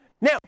Now